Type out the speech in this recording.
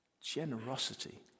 generosity